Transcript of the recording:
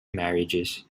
marriages